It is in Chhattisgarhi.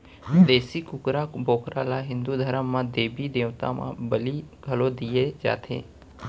देसी कुकरा, बोकरा ल हिंदू धरम म देबी देवता म बली घलौ दिये जाथे